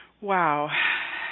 Wow